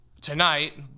tonight